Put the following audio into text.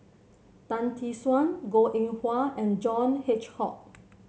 Tan Tee Suan Goh Eng Wah and John Hitchcock